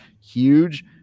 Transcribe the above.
huge